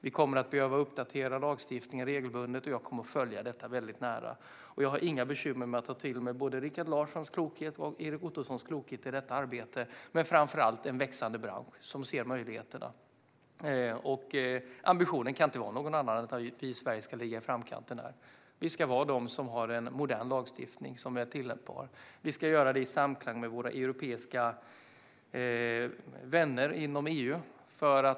Vi kommer att behöva uppdatera lagstiftningen regelbundet, och jag kommer att följa detta nära. Jag har inga bekymmer med att ta till mig såväl Rikard Larssons som Erik Ottosons klokhet i detta arbete, men framför allt finns det en växande bransch som ser möjligheterna. Ambitionen kan inte vara någon annan än att vi i Sverige ska ligga i framkant. Vi ska ha en modern lagstiftning som är tillämpbar. Och vi ska göra det här i samklang med våra europeiska vänner inom EU.